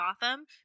Gotham